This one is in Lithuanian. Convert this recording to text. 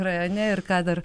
rajone ir ką dar